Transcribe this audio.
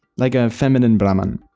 like a feminine brahman.